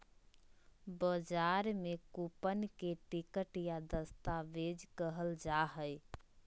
बजार में कूपन के टिकट या दस्तावेज कहल जा हइ